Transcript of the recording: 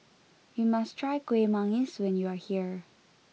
you must try Kuih Manggis when you are here